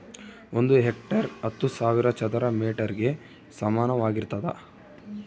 ಒಂದು ಹೆಕ್ಟೇರ್ ಹತ್ತು ಸಾವಿರ ಚದರ ಮೇಟರ್ ಗೆ ಸಮಾನವಾಗಿರ್ತದ